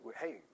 hey